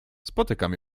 spotykam